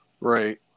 Right